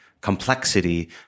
complexity